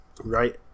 Right